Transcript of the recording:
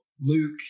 luke